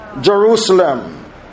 Jerusalem